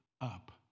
up